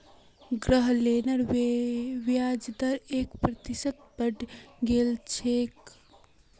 गृह लोनेर ब्याजेर दर एक प्रतिशत बढ़े गेल छेक